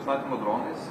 pristatymo dronais